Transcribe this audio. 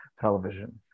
television